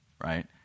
right